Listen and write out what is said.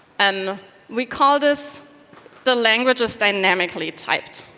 and we call this the language is dynamically typed,